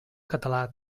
català